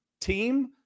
team